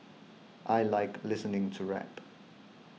I like listening to rap